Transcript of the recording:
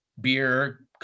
beer